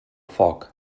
foc